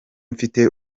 mfite